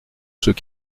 ceux